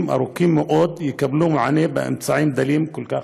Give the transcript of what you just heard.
ארוכים מאוד יקבלו מענה באמצעים דלים כל כך?